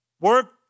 work